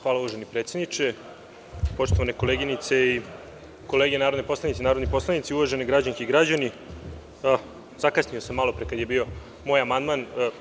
Hvala uvaženi predsedniče, poštovane koleginice i kolege narodni poslanici, uvaženi građani i građanke, zakasnio sam malopre kada je bio moj amandman.